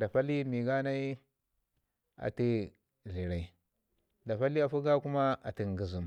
da pali mii ganai atu tlərai da pali afəkga kuma atu ngizim